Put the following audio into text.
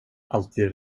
alltid